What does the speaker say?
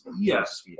Yes